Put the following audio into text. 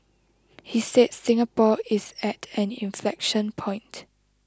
he said Singapore is at an inflection point